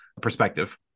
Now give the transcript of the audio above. perspective